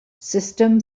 system